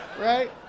Right